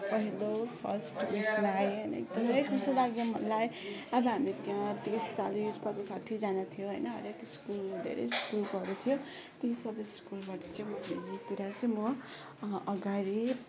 पहिलो फर्स्ट उयेसमा आएँ होइन एकदमै खुसी लाग्यो मलाई अब हामी तिस चालिस पचास साठीजना थियो होइन हरेक स्कुल धेरै स्कुलकोहरू थियो ती सबै स्कुलबाट चाहिँ मैले जितेर चाहिँ म अगाडि